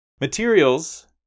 Materials